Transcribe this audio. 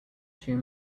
two